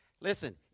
Listen